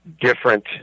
different